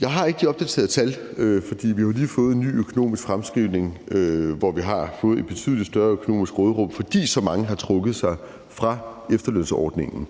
Jeg har ikke de opdaterede tal, for vi har jo lige fået en ny økonomisk fremskrivning, hvor vi har fået et betydelig større økonomisk råderum, fordi så mange har trukket sig fra efterlønsordningen